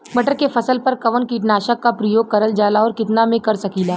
मटर के फसल पर कवन कीटनाशक क प्रयोग करल जाला और कितना में कर सकीला?